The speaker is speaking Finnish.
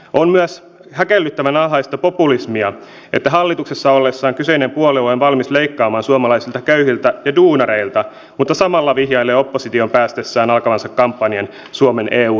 on myös häkellyttävän alhaista populismia että hallituksessa ollessaan kyseinen puolue on valmis leikkaamaan suomalaisilta köyhiltä ja duunareilta mutta samalla vihjailee oppositioon päästessään alkavansa kampanjan suomen eu eron puolesta